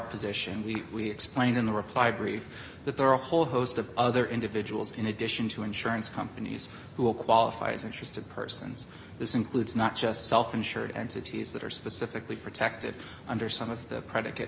position we explained in the reply brief that there are a whole host of other individuals in addition to insurance companies who will qualify as interested persons this includes not just self insured entities that are specifically protected under some of the predi